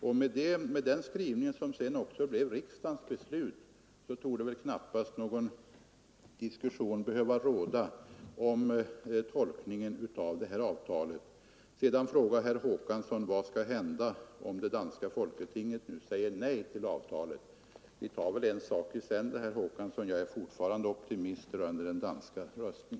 Och med den skrivningen, som sedan också blev riksdagens beslut, torde väl knappast någon diskussion behöva råda om tolkningen av det här avtalet. Sedan frågade herr Håkansson i Rönneberga: Vad skall hända om det danska folketinget nu säger nej till avtalet? Ja, vi tar väl en sak i sänder, herr Håkansson. Jag är fortfarande optimist rörande den danska röstningen.